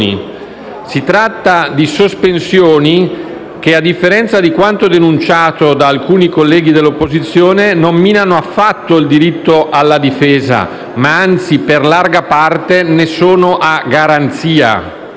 Si tratta di sospensioni che, a differenza di quanto denunciato da alcuni colleghi dell'opposizione, non minano affatto il diritto alla difesa; anzi, per larga parte ne sono a garanzia.